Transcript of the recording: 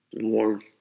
more